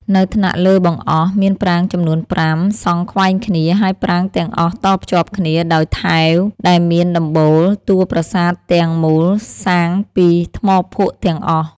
នៅថ្នាក់លើបង្អស់ មានប្រាង្គចំនួន៥ សង់ខ្វែងគ្នា ហើយប្រាង្គទាំងអស់តភ្ជាប់គ្នា ដោយថែវដែលមានដំបូល។ តួប្រាសាទទាំង មូលសាងពីថ្មភក់ទាំងអស់។